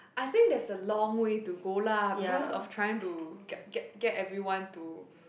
I think that's a long way to go lah because of trying to get get get everyone to